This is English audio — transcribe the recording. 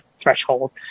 threshold